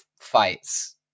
fights